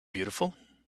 beautiful